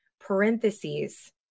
parentheses